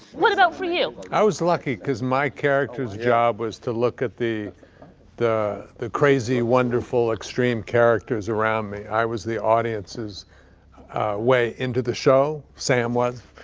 what about for you? i was lucky cause my character's job was to look at the the crazy, wonderful, extreme characters around me. i was the audience's way into the show, sam was.